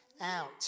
out